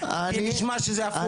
כיל, כי זה נשמע שזה הפוך.